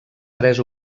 tres